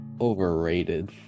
overrated